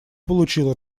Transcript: получило